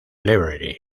library